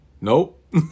nope